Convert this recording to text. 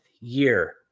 year